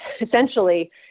Essentially